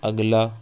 اگلا